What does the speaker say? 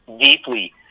deeply